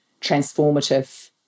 transformative